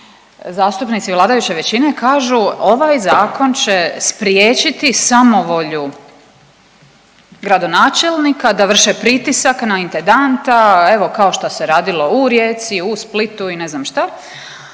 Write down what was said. zastupnici vladajuće većine kažu, ovaj Zakon će spriječiti samovolju gradonačelnika da vrše pritisak na intendanta, evo kao što se radilo u Rijeci, u Splitu i ne znam šta,